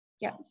Yes